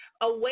away